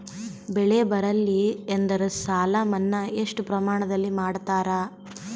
ಬೆಳಿ ಬರಲ್ಲಿ ಎಂದರ ಸಾಲ ಮನ್ನಾ ಎಷ್ಟು ಪ್ರಮಾಣದಲ್ಲಿ ಮಾಡತಾರ?